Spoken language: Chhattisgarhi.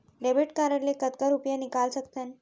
डेबिट कारड ले कतका रुपिया निकाल सकथन?